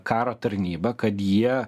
karo tarnybą kad jie